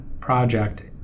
project